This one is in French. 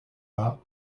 pas